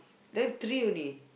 then three only